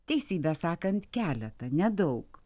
teisybę sakant keletą nedaug